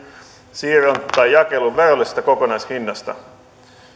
siirron tai jakelun verollisesta kokonaishinnasta arvoisa